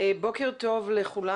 בוקר טוב לכולם.